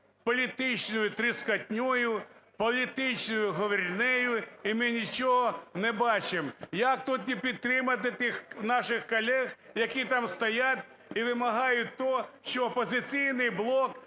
політичною тріскотнею, політичною говорильнею. І ми нічого не бачимо, як тут і підтримати тих наших колег, які там стоять і вимагають те, що "Опозиційний блок"